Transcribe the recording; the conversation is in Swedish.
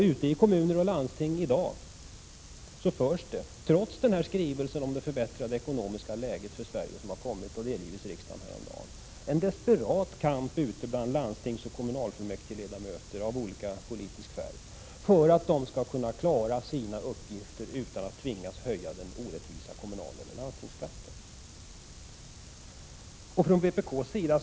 Ute i kommuner och landsting förs i dag, trots skrivelsen om det förbättrade ekonomiska läget för Sverige som delgavs riksdagen häromdagen, en desperat kamp bland landstingsoch kommunalfullmäktigeledamöter av olika politisk färg för att klara sina uppgifter utan att tvingas höja den orättvisa kommunaloch landstingsskatten.